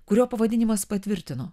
kurio pavadinimas patvirtino